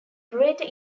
greater